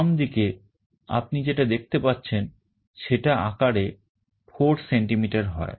বামদিকে আপনি যেটা দেখতে পাচ্ছেন সেটা আকারে 4 সেন্টিমিটার হয়